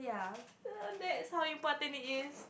ya so that's how important it is